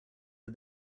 are